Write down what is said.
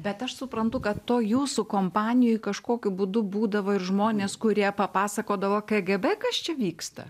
bet aš suprantu kad toj jūsų kompanijoj kažkokiu būdu būdavo ir žmonės kurie papasakodavo kgb kas čia vyksta